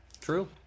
True